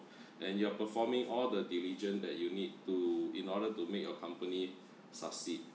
and you're performing all the diligent that you need to in order to make your company succeed